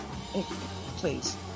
please